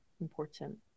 important